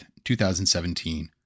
2017